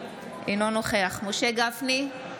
אינו נוכח משה גפני,